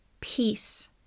peace